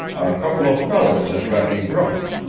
a couple of fellers had got me drunk.